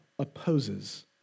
Opposes